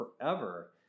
forever